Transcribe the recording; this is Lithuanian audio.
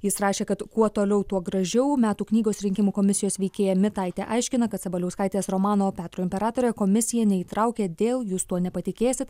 jis rašė kad kuo toliau tuo gražiau metų knygos rinkimų komisijos veikėja mitaitė aiškina kad sabaliauskaitės romano petro imperatorė komisija neįtraukė dėl jūs tuo nepatikėsit